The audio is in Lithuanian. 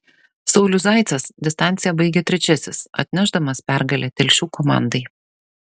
saulius zaicas distanciją baigė trečiasis atnešdamas pergalę telšių komandai